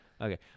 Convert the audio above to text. Okay